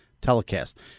telecast